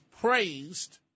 praised